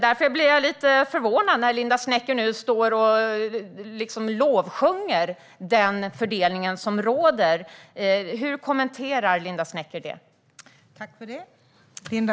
Därför blir jag förvånad när Linda Snecker lovsjunger rådande fördelning. Hur kommenterar Linda Snecker detta?